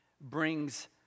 brings